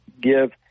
give –